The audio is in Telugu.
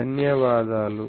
ధన్యవాదాలు